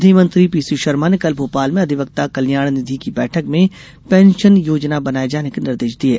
विधि मंत्री पीसीशर्मा ने कल भोपाल में अधिवक्ता कल्याण निधि की बैठक में पेंशन योजना बनाये जाने के निर्देश दिये